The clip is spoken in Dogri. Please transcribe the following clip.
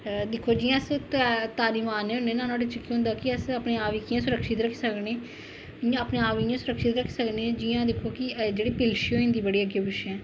जियां दिक्खो अस तारी मारने होन्ने ना ते उस च अस अपने आप गी कियां सुरक्षित रक्खी सकने नुआढ़े च के होंदा कि अपने आप कि जियां दिक्खओ जा जेहड़ी पिलशी होई जंदी बड़ी अग्गै पिच्छै